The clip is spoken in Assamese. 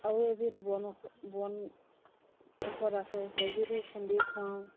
আৰু এবিধ বন ঔষধ বন ঔষধ আছে সেইবিধো খুন্দি খুৱাওঁ